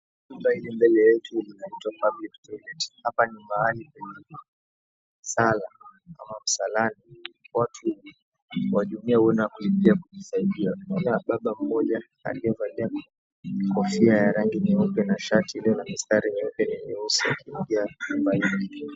Jumba hili mbele yetu linaitwa Public Toilet. Hapa ni mahale penye sala ama msalani watu wa jumuiya huenda kulipia kujisaidia tunaona baba mmoja aliyevalia kofia ya rangi nyeupe na shati iliyo na mistari nyeupe na nyeusi akiingia jumba hili.